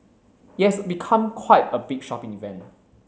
it has become quite a big shopping event